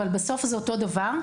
אבל בסוף זה אותו הדבר.